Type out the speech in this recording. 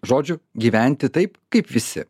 žodžiu gyventi taip kaip visi